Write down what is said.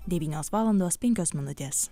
devynios valandos penkios minutės